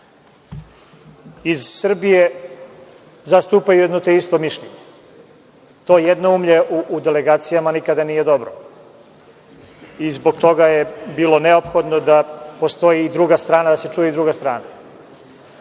iz Srbije zastupaju jedno te isto mišljenje. To jednoumlje u delegacijama nikada nije dobro. Zbog toga je bilo neophodno da postoji i druga strana, da se čuje i druga strana. Što